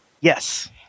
Yes